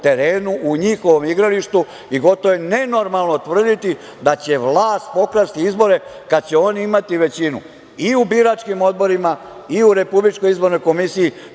u njihovom igralištu i gotovo je nenormalno tvrditi da će vlast pokrasti izbore kada će oni imati većinu i u biračkim odborima, i u RIK-u, pa ako izbori